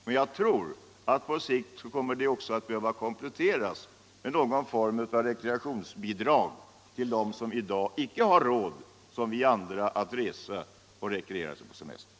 Men jag tror att det också på sikt kommer att behöva kompletteras med någon form av rekreationsbidrag till dem som i dag icke har råd att som vi andra resa och rekreera sig på semestern.